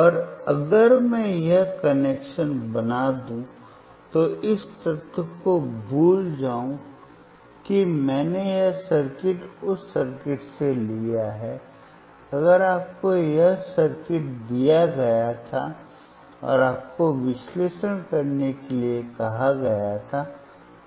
और अगर मैं यह कनेक्शन बना दूं तो इस तथ्य को भूल जाऊं कि मैंने यह सर्किट उस सर्किट से लिया है अगर आपको यह सर्किट दिया गया था और आपको विश्लेषण करने के लिए कहा गया था